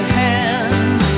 hand